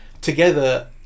together